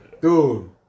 Dude